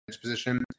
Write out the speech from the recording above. position